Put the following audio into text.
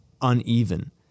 uneven